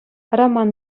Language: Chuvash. роман